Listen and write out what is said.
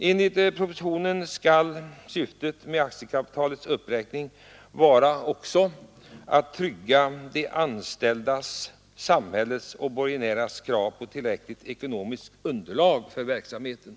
Enligt propositionen skall syftet med aktiekapitalets uppräkning också vara att trygga de anställdas, samhällets och borgenärernas krav på tillräckligt ekonomiskt underlag för verksamheten.